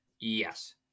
yes